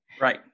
Right